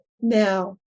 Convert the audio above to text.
Now